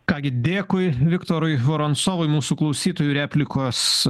ką gi dėkui viktorui horonsovui mūsų klausytojų replikos